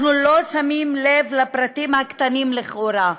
אנחנו לא שמים לב לפרטים הקטנים לכאורה,